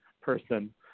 person